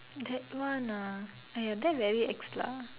that one ah !aiya! that very ex lah